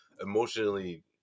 emotionally